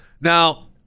now